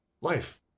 life